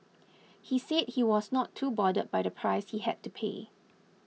he said he was not too bothered by the price he had to pay